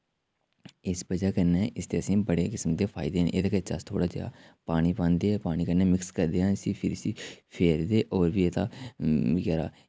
इस वजह कन्नै इसदे असें बड़े किस्म दे फायदे न एह्दे बिच अस थोह्ड़ा जेहा पानी पांदे पानी कन्नै मिक्स करदे आं इसी फिर इस्सी फेरदे और बी एह्दा